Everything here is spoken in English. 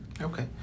Okay